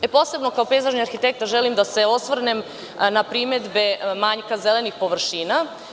Posebno kao pejzažni arhitekta želim da se osvrnem na primedbe manjka zelenih površina.